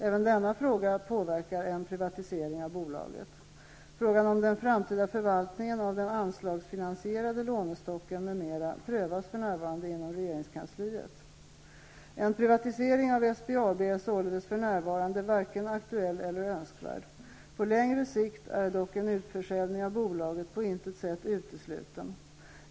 Även denna fråga påverkar en privatisering av bolaget. Frågan om den framtida förvaltningen av den anslagsfinansierade lånestocken m.m. prövas för närvarande inom regeringskansliet. En privatisering av SBAB är således för närvarande varken aktuell eller önskvärd. På längre sikt är dock en utförsäljning av bolaget på intet sätt utesluten.